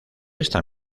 esta